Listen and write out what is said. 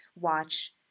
watch